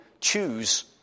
choose